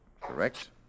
Correct